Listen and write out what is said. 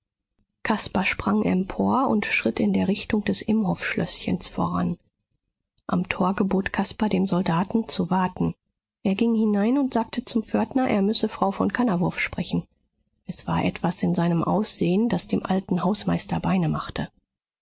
caspar sprang empor und schritt in der richtung des imhoffschlößchens voran am tor gebot caspar dem soldaten zu warten er ging hinein und sagte zum pförtner er müsse frau von kannawurf sprechen es war etwas in seinem aussehen was dem alten hausmeister beine machte